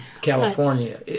California